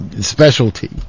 specialty